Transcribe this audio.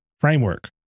framework